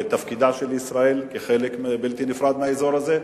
ותפקידה של ישראל כחלק בלתי נפרד מהאזור הזה.